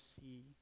see